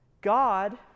God